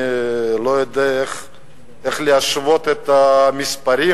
אני לא יודע איך להשוות את המספרים.